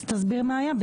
תסביר מה היה.